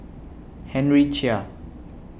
Henry Chia